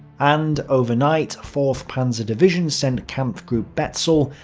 and overnight fourth panzer division sent kampfgruppe betzel,